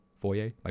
Foyer